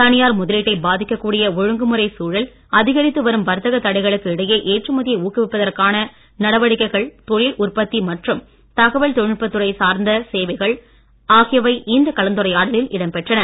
தனியார் முதலீட்டை பாதிக்க கூடிய ஒழுங்குமுறை சூழல் அதிகரித்து வர்த்தக தடைகளுக்கு இடையே ஏற்றுமதியை ஊக்குவிப்பதற்கான நடவடிக்கைகள் தொழில் உற்பத்தி மற்றும் தகவல் தொழில் நுட்பத் துறை சார்ந்த சேவைகள் ஆகியவை இந்த கலந்துரையாடவில் இடம் பெற்றன